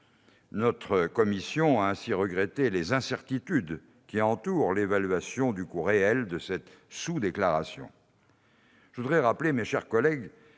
Notre commission a ainsi regretté les incertitudes entourant l'évaluation du coût réel de cette sous-déclaration. Je voudrais rappeler, mes chers collègues,